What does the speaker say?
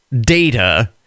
data